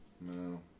No